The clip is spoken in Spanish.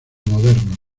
modernos